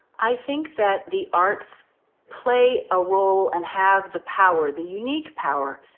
i think that the arts play a role and have the power, the unique power,